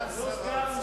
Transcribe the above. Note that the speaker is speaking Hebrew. סליחה.